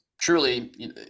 truly